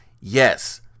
Yes